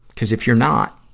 cuz if you're not,